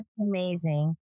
amazing